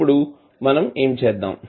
ఇప్పుడు మనం ఏమి చేద్దాం